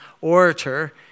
orator